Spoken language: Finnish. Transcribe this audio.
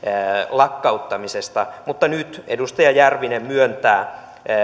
lakkauttamisesta mutta nyt edustaja järvinen myöntää